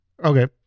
Okay